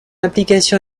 application